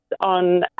on